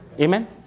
Amen